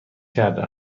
کرده